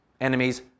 enemies